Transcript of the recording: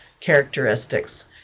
characteristics